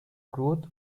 growth